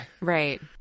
Right